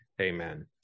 Amen